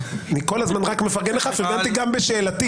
אני כל הזמן מפרגן לך, פרגנתי גם בשאלתי.